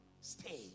stay